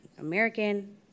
American